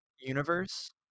universe